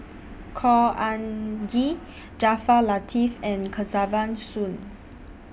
Khor Ean Ghee Jaafar Latiff and Kesavan Soon